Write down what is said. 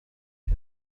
يحب